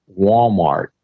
Walmart